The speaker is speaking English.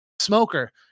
Smoker